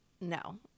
no